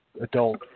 adult